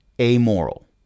amoral